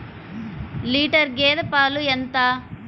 Litre గేదె పాలు ఎంత?